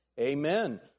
amen